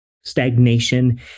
stagnation